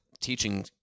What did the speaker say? teaching